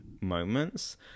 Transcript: moments